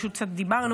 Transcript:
פשוט קצת דיברנו.